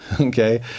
Okay